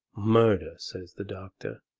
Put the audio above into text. murder, says the doctor,